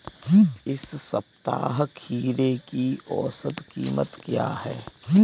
इस सप्ताह खीरे की औसत कीमत क्या है?